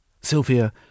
Sylvia